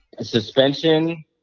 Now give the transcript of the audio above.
suspension –